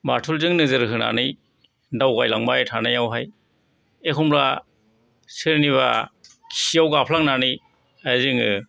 बाथुलजों नोजोर होनानै दावगालांबाय थानायावहाय एखनब्ला सोरनिबा खियाव गाफ्लांनानै जोङो